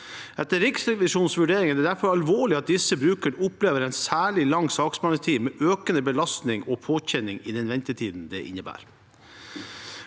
Etter Riksrevisjonens vurdering er det derfor alvorlig at disse brukerne opplever en særlig lang saksbehandlingstid, med den økende belastning og påkjenning i ventetiden det innebærer.